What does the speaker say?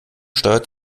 steuert